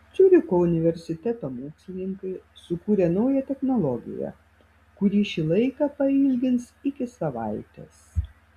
ciuricho universiteto mokslininkai sukūrė naują technologiją kuri šį laiką pailgins iki savaitės